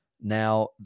now